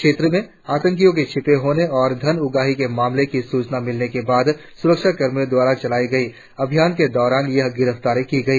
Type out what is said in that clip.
क्षेत्र में आतंकियों के छिपे होने और धन उगाही के मामले की सूचना मिलने के बाद सूरक्षा कर्मियों द्वारा चलाई गई अभियान के दौरान यह गिरफ्तारी की गई